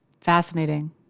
Fascinating